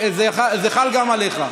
זה חל גם עליך.